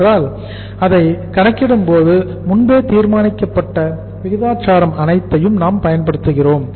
WIP இன் விலையை கணக்கிடும்போது முன்பே தீர்மானிக்கப்பட்ட விகிதாசாரம் அனைத்தையும் நாம் பயன்படுத்துகிறோம்